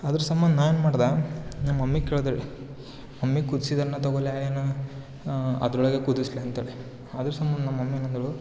ಅದ್ರ ಸಂಬಂಧ ನಾ ಏನ್ಮಾಡ್ದೆ ನಮ್ಮ ಮಮ್ಮಿಗೆ ಕೇಳಿದೆ ರೀ ಮಮ್ಮಿ ಕುದ್ಸಿದ ಅನ್ನ ತೊಗೋಳ ಏನು ಅದ್ರೊಳಗೆ ಕುದಿಸ್ಲೇ ಅಂತೇಳಿ ಅದ್ರ ಸಂಬಂಧ ನಮ್ಮ ಮಮ್ಮಿ ಏನಂದಳು